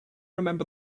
remember